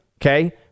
okay